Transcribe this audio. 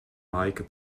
meike